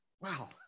Wow